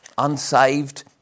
unsaved